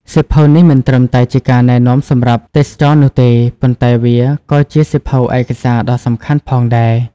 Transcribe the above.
សៀវភៅនេះមិនត្រឹមតែជាការណែនាំសម្រាប់ទេសចរណ៍នោះទេ ប៉ុន្តែវាក៏ជាសៀវភៅឯកសារដ៏សំខាន់ផងដែរ។